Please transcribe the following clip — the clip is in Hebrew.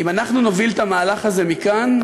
אם אנחנו נוביל את המהלך הזה מכאן,